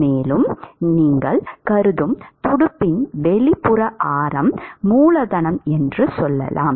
மேலும் நீங்கள் கருதும் துடுப்பின் வெளிப்புற ஆரம் மூலதனம் என்று சொல்லலாம்